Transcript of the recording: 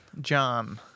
John